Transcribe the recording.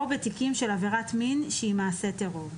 או בתיקים של עבירת מין שהיא מעשה טרור.